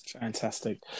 Fantastic